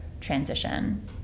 transition